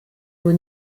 haut